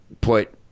put